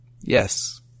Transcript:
Yes